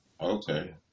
Okay